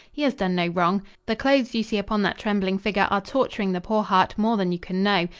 he has done no wrong. the clothes you see upon that trembling figure are torturing the poor heart more than you can know.